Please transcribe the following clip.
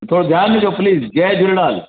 थोरो ध्यानु ॾिजो प्लीज़ जय झूलेलाल